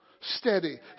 Steady